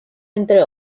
entre